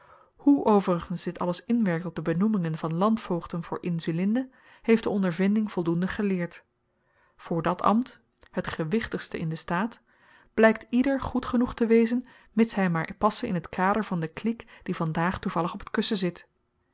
hoe overigens dit alles inwerkt op de benoemingen van landvoogden voor insulinde heeft de ondervinding voldoende geleerd voor dat ambt het gewichtigste in den staat blykt ieder goed genoeg te wezen mits hy maar passe in t kader van de clique die vandaag toevallig op t kussen zit